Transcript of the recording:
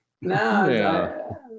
No